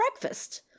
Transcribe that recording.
breakfast